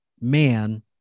man